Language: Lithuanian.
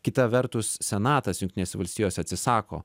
kita vertus senatas jungtinėse valstijose atsisako